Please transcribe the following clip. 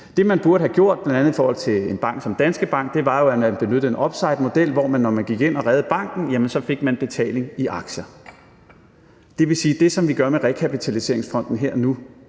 Det, man burde have gjort, bl.a. i forhold til en bank som Danske Bank, var jo, at man benyttede en upsidemodel, hvor man, når man gik ind og reddede banken, så fik betaling i aktier. Det vil sige, at det, som vi gør med rekapitaliseringsfonden her og nu